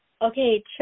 Okay